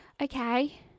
Okay